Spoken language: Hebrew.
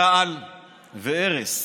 רעל וארס,